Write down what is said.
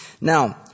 Now